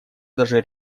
даже